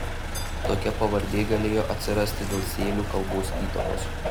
tokia pavardė galėjo atsirasti dėl sėlių kalbos įtakos